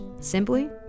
simply